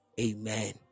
Amen